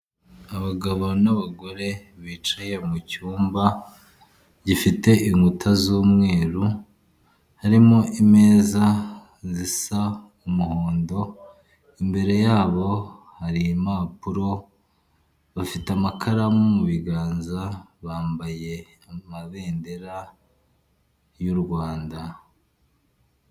Abagabo n'abagore bicaye mu cyumba gifite inkuta z'umweru harimo imeza zisa umuhondo, imbere yabo hari impapuro bafite amakaramu mu biganza bambaye amabendera y'u Rwanda.